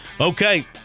Okay